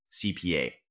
CPA